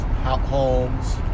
homes